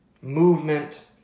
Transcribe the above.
movement